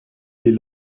les